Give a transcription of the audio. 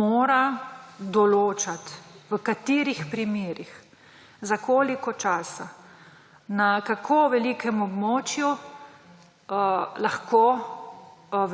mora določati, v katerih primerih, za koliko časa, na kako velikem območju lahko